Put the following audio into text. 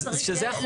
שזה החוק.